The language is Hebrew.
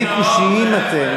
"כבני כֻּשיים אתם".